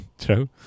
true